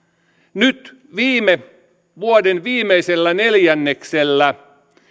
nyt viime vuoden viimeisellä neljänneksellä